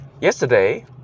yesterday